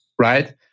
right